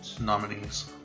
nominees